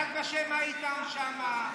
יד ושם, מה איתם שם?